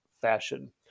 fashion